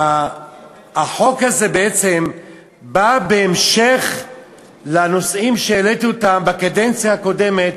החוק הזה בעצם בא בהמשך לנושאים שהעליתי בקדנציה הקודמת,